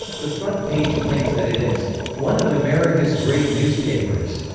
the front page claims that it is one of america's great newspapers.